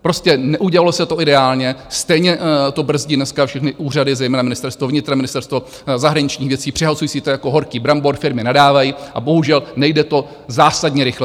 Prostě neudělalo se to ideálně, stejně to brzdí dneska všechny úřady, zejména Ministerstvo vnitra, Ministerstvo zahraničních věcí, přehazují si to jako horký brambor, firmy nadávají, a bohužel nejde to zásadně rychleji.